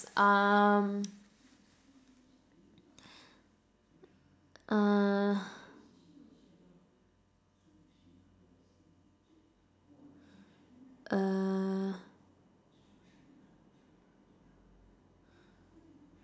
um uh err